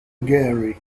gary